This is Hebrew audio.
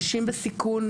נשים בסיכון,